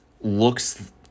looks